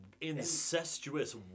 incestuous